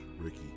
Ricky